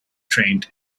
trained